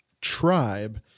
tribe